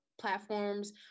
platforms